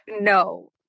No